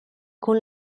con